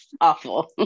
awful